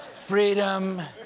freedom.